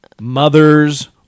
Mothers